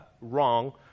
wrong